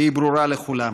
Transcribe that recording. והיא ברורה לכולם.